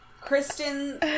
Kristen